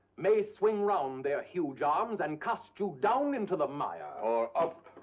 may swing round their huge arms and cast you down into the mire. or up.